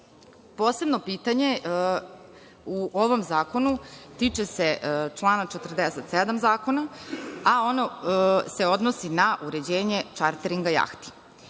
pitanje u ovom zakonu tiče se člana 47. zakona, a ono se odnosi na uređenje čarteringa jahti.